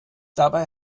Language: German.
dabei